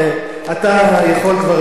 אתה יכול כבר לתאר.